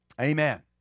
Amen